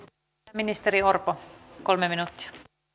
ministeri orpo kolme minuuttia